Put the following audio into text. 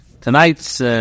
Tonight's